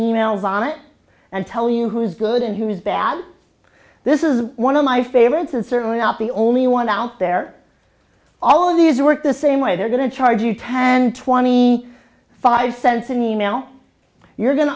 emails on it and tell you who's good and who's bad this is one of my favorites and certainly not the only one out there all of these work the same way they're going to charge you ten twenty five cents an e mail you're going to